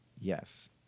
yes